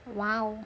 !wow!